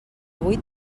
vuit